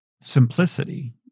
simplicity